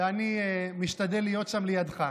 ואני משתדל להיות שם לידך.